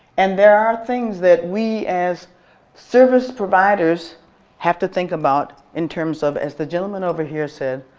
and there are things that we as service providers have to think about in terms of as the gentleman over here said,